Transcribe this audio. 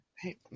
Hey